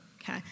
okay